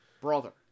brother